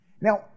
Now